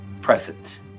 present